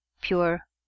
pure